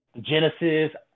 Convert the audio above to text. Genesis